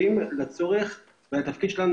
בראשות היועץ המשפטי עצמו מאוד ערים לצורך שלא לחרוג,